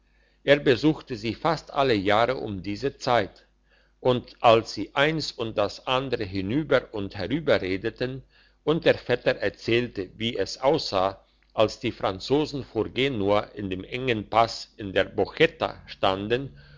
er besuchte sie fast alle jahre um diese zeit und als sie eins und das andere hinüber und herüber redeten und der vetter erzählte wie es aussah als die franzosen vor genua in dem engen pass in der bocchetta standen